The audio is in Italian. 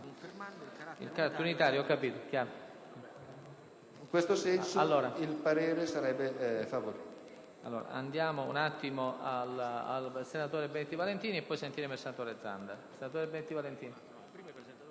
in questo caso, il parere sarebbe favorevole